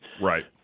Right